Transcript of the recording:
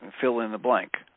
fill-in-the-blank